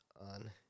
on